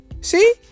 See